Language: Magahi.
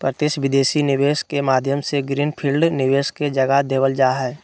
प्रत्यक्ष विदेशी निवेश के माध्यम से ग्रीन फील्ड निवेश के जगह देवल जा हय